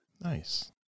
Nice